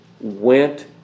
went